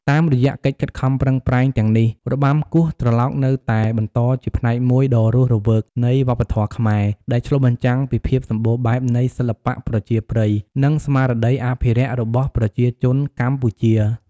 តាមរយៈកិច្ចខិតខំប្រឹងប្រែងទាំងនេះ របាំគោះត្រឡោកនៅតែបន្តជាផ្នែកមួយដ៏រស់រវើកនៃវប្បធម៌ខ្មែរ ដែលឆ្លុះបញ្ចាំងពីភាពសម្បូរបែបនៃសិល្បៈប្រជាប្រិយ និងស្មារតីអភិរក្សរបស់ប្រជាជនកម្ពុជា។